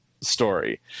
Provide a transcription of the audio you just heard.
story